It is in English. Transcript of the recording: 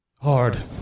hard